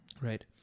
Right